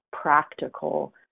practical